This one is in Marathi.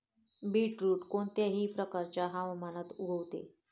बीटरुट कोणत्याही प्रकारच्या हवामानात उगवते